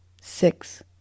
six